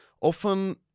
often